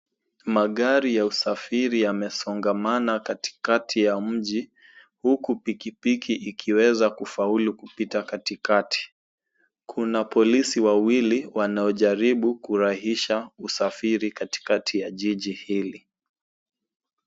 Magari ya usafiri yamesongamana katikati ya mji huku pikipiki ikiweza kufaulu kupita katikati. Kuna polisi wawili wanaojaribu kurahisisha usafiri katikati ya jiji hili.